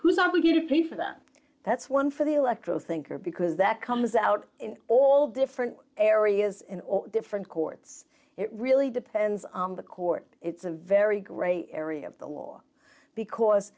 we going to pay for that that's one for the electro thinker because that comes out in all different areas in all different courts it really depends on the court it's a very gray area of the law because